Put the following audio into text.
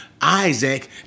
Isaac